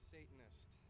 Satanist